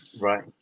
Right